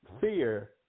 fear